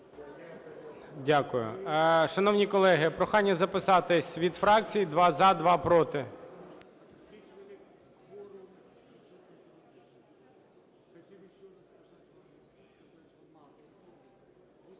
Дякую. Шановні колеги, прохання записатись від фракцій: два – за, два – проти.